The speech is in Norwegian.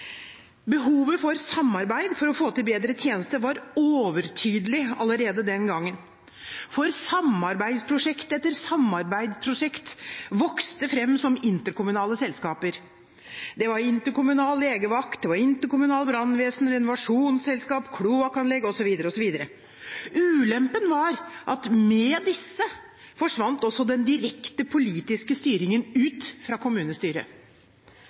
Behovet for samarbeid for å få til bedre tjenester var overtydelig allerede den gangen. For samarbeidsprosjekt etter samarbeidsprosjekt vokste fram som interkommunale selskaper. Det var interkommunal legevakt, interkommunalt brannvesen, renovasjonsselskap, kloakkanlegg osv., osv. Ulempen var at med disse forsvant også den direkte politiske styringen ut